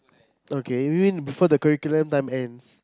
okay you mean before the curriculum time ends